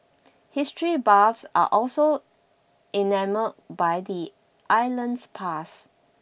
history buffs are also enamoured by the island's past